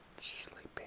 sleeping